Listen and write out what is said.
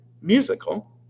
musical